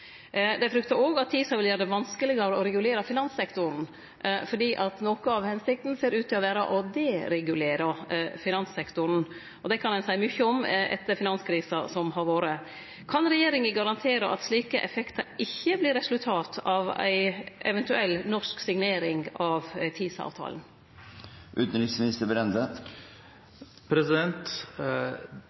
Dei fryktar òg at TISA vil gjere det vanskelegare å regulere finanssektoren fordi noko av hensikta ser ut til å vere å deregulere han. Og det kan ein seie mykje om etter finanskrisa som har vore. Kan regjeringa garantere at slike effektar ikkje vert resultatet av ei eventuell norsk signering av